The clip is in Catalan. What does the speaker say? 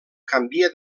canvia